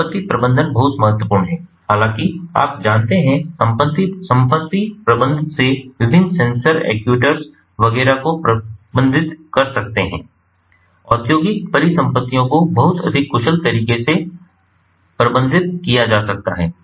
संपत्ति प्रबंधन बहुत महत्वपूर्ण है हालांकि आप जानते हैं संपत्ति प्रबंध से विभिन्न सेंसर एक्ट्यूएटर्स वगैरह को प्रबंधित कर सकते हैं औद्योगिक परिसंपत्तियों को बहुत अधिक कुशल तरीके से प्रबंधित किया जा सकता है